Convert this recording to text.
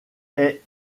est